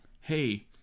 hey